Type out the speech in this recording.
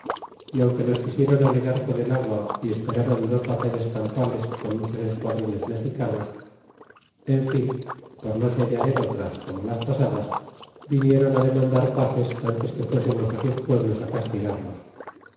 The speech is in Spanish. y aunque nos quisiéron anegar con el agua y esperron dos batallas campales con muchos esquadrones mexicanos en fin por no se hallar en otras como las pasadas vinieron demandar paces tintes que fuésemos sus pueblos castigarlos